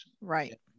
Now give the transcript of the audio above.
right